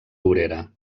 obrera